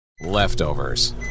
Leftovers